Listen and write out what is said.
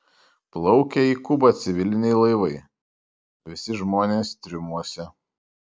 plaukia į kubą civiliniai laivai visi žmonės triumuose